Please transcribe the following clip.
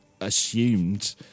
assumed